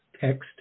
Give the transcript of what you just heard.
text